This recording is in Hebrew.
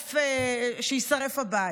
ושיישרף הבית.